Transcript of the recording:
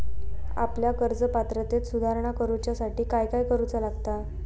आपल्या कर्ज पात्रतेत सुधारणा करुच्यासाठी काय काय करूचा लागता?